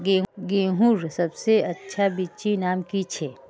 गेहूँर सबसे अच्छा बिच्चीर नाम की छे?